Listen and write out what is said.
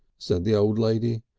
said the old lady.